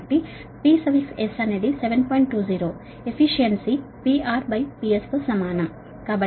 20 efficiency PRPS తో సమానం కాబట్టి 2037